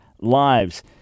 lives